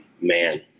Man